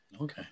Okay